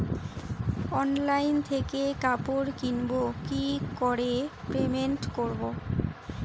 Online থেকে কাপড় কিনবো কি করে পেমেন্ট করবো?